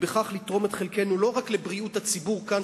ובכך לתרום את חלקנו לא רק לבריאות הציבור כאן,